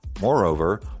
Moreover